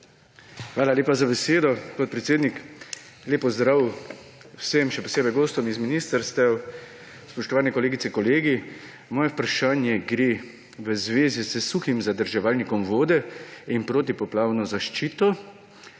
Hvala lepa za besedo, podpredsednik. Lep pozdrav vsem, še posebej gostom z ministrstev! Spoštovane kolegice in kolegi! Moje vprašanje je v zvezi s suhim zadrževalnikom vode in protipoplavno zaščito,